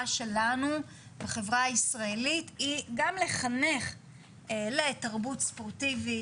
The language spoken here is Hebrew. שלנו בחברה הישראלית היא גם לחנך לתרבות ספורטיבית,